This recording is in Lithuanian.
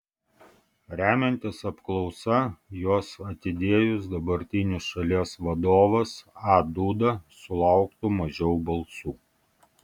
remiantis apklausa juos atidėjus dabartinis šalies vadovas a duda sulauktų mažiau balsų